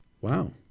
Wow